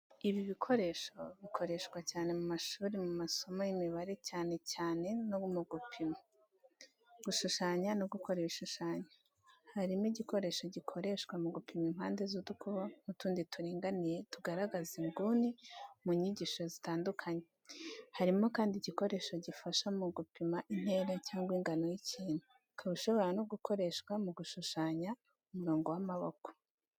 Ibi bikoresho bikoreshwa cyane mu mashuri mu masomo y'imibare cyane cyane mu bijyanye no gupima, gushushanya no gukora ibishushanyo. Harimo igikoresho gikoreshwa mu gupima impande z’udukubo n’utundi turinganiye tugaragaza inguni mu nyigisho zitandukanye. Harimo kandi igikoresho gifasha mu gupima intera cyangwa ingano y'ikintu, ukaba ushobora no gukoreshwa mu gushushanya umurongo w’amaboko.